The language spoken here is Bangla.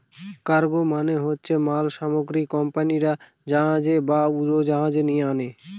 কার্গো মানে হচ্ছে মাল সামগ্রী কোম্পানিরা জাহাজে বা উড়োজাহাজে আনে